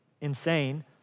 insane